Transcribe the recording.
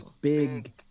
big